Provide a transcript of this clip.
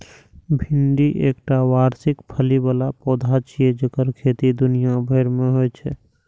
भिंडी एकटा वार्षिक फली बला पौधा छियै जेकर खेती दुनिया भरि मे होइ छै